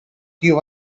you